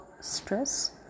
stress